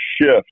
shift